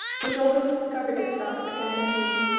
which always discovered itself again anew.